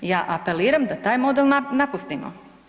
Ja apeliram da taj model napustimo.